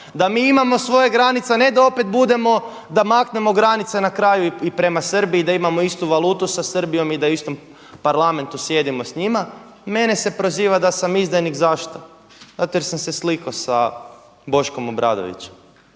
da mi imamo svoje granice a ne da opet budemo, da maknemo granice na kraju i prema Srbiji i da imamo istu valutu sa Srbijom i da u istom parlamentu sjedimo s njima, mene se proziva da sam izdajnik. Zašto? Zato jer sam se slikao sa Boškom Obradovićem.